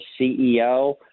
CEO